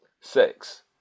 six